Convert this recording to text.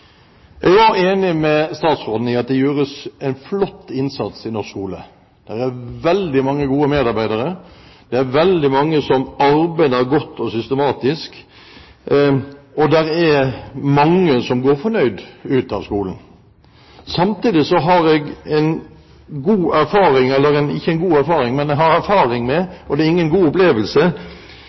Jeg er også enig med statsråden i at det gjøres en flott innsats i norsk skole. Det er veldig mange gode medarbeidere, det er veldig mange som arbeider godt og systematisk, og det er mange som går fornøyd ut av skolen. Samtidig har jeg erfaring med – ikke noen god erfaring, og det er ingen god opplevelse – at det slett ikke alltid er